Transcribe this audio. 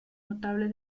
notable